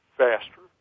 faster